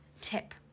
Tip